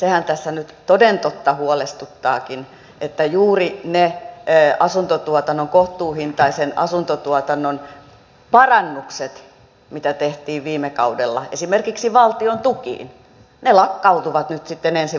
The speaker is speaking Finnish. sehän tässä nyt toden totta huolestuttaakin että juuri ne kohtuuhintaisen asuntotuotannon parannukset mitä tehtiin viime kaudella esimerkiksi valtion tuki lakkautuvat nyt sitten ensi vuoden alusta